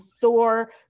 Thor